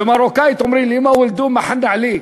במרוקאית אומרים "אלי מא וולדו, מאיחן עליה",